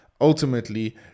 ultimately